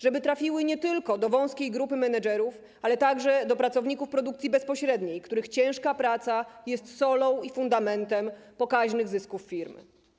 Żeby trafiły nie tylko do wąskiej grupy menegerów, ale także do pracowników produkcji bezpośredniej, których ciężka praca jest solą i fundamentem pokaźnych zysków firmy.